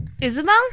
Isabel